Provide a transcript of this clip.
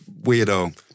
weirdo